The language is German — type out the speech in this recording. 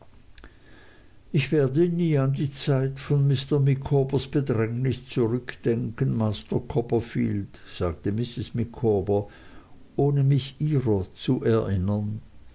ich werde nie an die zeit von mr micawbers bedrängnis zurückdenken master copperfield sagte mrs micawber ohne mich ihrer zu erinnern